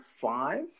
five